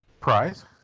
prize